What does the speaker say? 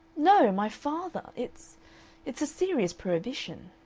no! my father. it's it's a serious prohibition.